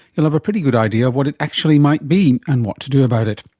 you'll have a pretty good idea of what it actually might be and what to do about it.